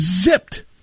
zipped